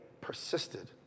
persisted